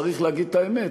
צריך להגיד את האמת,